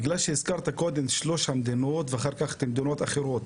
בגלל שהזכרת קודם את שלוש המדינות ואחר כך מדינות אחרות